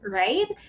right